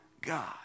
God